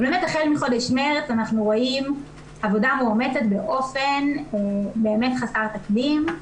אבל באמת החל מחודש מרץ אנחנו רואים עבודה מאומצת באופן באמת חסר תקדים.